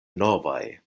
novaj